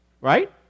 Right